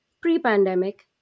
pre-pandemic